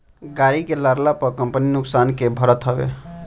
गाड़ी के लड़ला पअ कंपनी नुकसान के भरत हवे